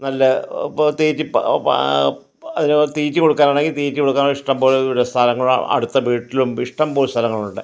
നല്ല തീറ്റി പാ അതിനെ തീറ്റി കൊടുക്കാനാണെങ്കിൽ തീറ്റി കൊടുക്കാനും ഇഷ്ഠംപോലെ ഇവിടെ സ്ഥലങ്ങൾ അടുത്ത വീട്ടിലും ഇഷ്ഠം പോലെ സ്ഥലങ്ങളുണ്ട്